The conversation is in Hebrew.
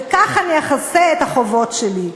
וכך אני אכסה את החובות שלי.